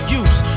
use